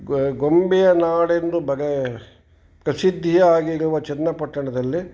ಗೊ ಗೊಂಬೆಯ ನಾಡೆಂದು ಬಗೆ ಪ್ರಸಿದ್ಧಿಯಾಗಿರುವ ಚನ್ನಪಟ್ಟಣದಲ್ಲಿ